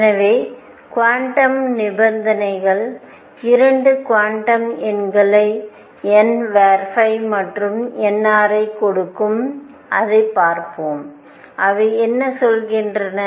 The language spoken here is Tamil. எனவே குவாண்டம் நிபந்தனைகள் 2 குவாண்டம் எண்களை n மற்றும் nr ஐக் கொடுக்கும் அதை பார்ப்போம் அவை என்ன சொல்கின்றன